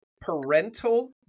parental